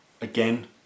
again